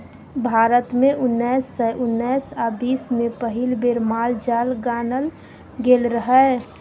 भारत मे उन्नैस सय उन्नैस आ बीस मे पहिल बेर माल जाल गानल गेल रहय